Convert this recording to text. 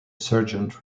sergeant